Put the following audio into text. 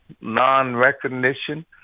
non-recognition